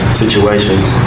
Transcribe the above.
situations